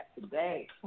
today